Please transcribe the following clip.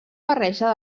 barreja